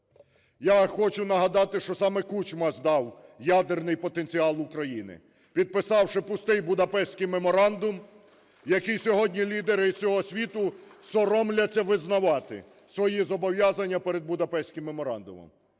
Я хочу нагадати, що саме Кучма здав ядерний потенціал України, підписавши пустий Будапештський меморандум, який сьогодні лідери всього світу соромляться визнавати свої зобов'язання перед Будапештським меморандумом.